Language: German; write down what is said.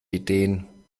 ideen